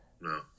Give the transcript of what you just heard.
No